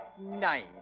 nine